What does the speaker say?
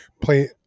play